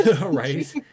Right